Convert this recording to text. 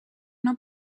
una